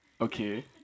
Okay